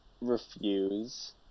refuse